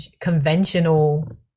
conventional